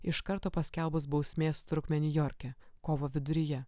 iš karto paskelbus bausmės trukmę niujorke kovo viduryje